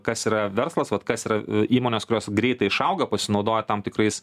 kas yra verslas vat kas yra įmonės kurios greitai išauga pasinaudoję tam tikrais